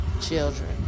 children